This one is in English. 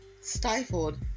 stifled